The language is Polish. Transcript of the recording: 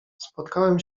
spotkałem